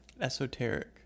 Esoteric